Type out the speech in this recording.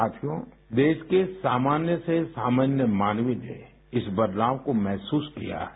साथियो देश के सामान्य से सामान्य मानवी ने इस बदलाव को महसूस किया है